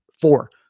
Four